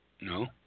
No